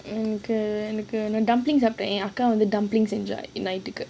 என் அக்கா:en akka dumplings செஞ்ச night கு:senja night ku